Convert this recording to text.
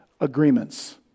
agreements